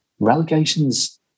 relegations